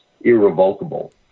irrevocable